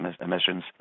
emissions